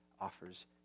offers